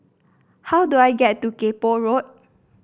how do I get to Kay Poh Road